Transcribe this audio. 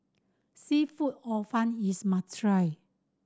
seafood Hor Fun is a must try